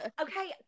Okay